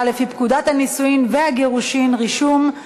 לפי פקודת הנישואין והגירושין (רישום),